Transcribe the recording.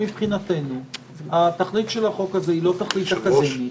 מבחינתנו התכלית של החוק הזה היא לא תכלית אקדמית,